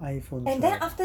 iPhone twelve